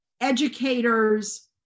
educators